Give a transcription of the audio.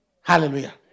Hallelujah